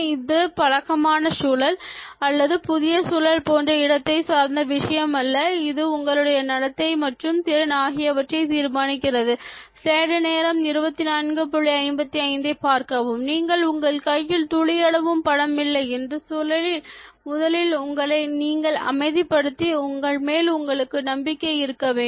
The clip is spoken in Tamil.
இது பழக்கமான சூழல் அல்லது புதிய சூழல் போன்ற இடத்தை சார்ந்த விஷயம் இல்லை இதை உங்களுடைய நடத்தை மற்றும் திறன் ஆகியவையே தீர்மானிக்கிறது நீங்கள் உங்கள் கையில் துளியளவும் பணம் இல்லை என்ற சூழலில் முதலில் உங்களை நீங்கள் அமைதிப்படுத்தி உங்கள் மேல் உங்களுக்கு நம்பிக்கை இருக்க வேண்டும்